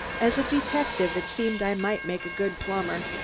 as a detective it seemed i might make a good plumber.